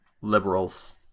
liberals